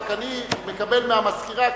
רק אני מקבל מהמזכירה,